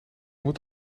moet